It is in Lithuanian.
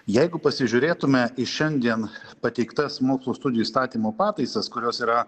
jeigu pasižiūrėtume į šiandien pateiktas mokslo studijų įstatymo pataisas kurios yra